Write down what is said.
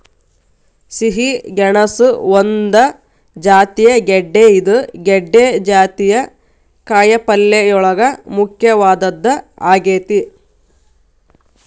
ಸಿಹಿ ಗೆಣಸು ಒಂದ ಜಾತಿಯ ಗೆಡ್ದೆ ಇದು ಗೆಡ್ದೆ ಜಾತಿಯ ಕಾಯಪಲ್ಲೆಯೋಳಗ ಮುಖ್ಯವಾದದ್ದ ಆಗೇತಿ